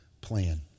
plan